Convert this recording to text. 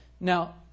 Now